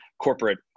corporate